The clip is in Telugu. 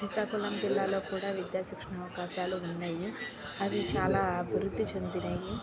శ్రీకాకుళం జిల్లాలో కూడా విద్య శిక్షణా అవకాశాలు ఉన్నాయి అవి చాలా అభివృద్ధి చెందినవి